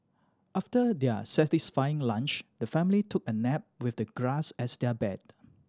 after their satisfying lunch the family took a nap with the grass as their bed